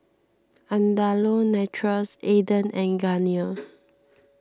Andalou Naturals Aden and Garnier